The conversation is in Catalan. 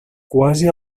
quasi